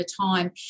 time